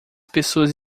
pessoas